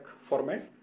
format